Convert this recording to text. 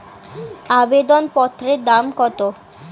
আবেদন পত্রের দাম কত?